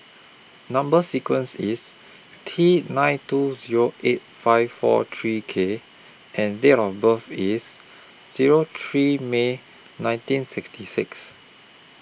Number sequence IS T nine two Zero eight five four three K and Date of birth IS Zero three May nineteen sixty six